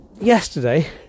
yesterday